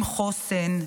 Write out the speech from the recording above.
עם חוסן,